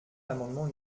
l’amendement